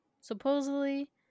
supposedly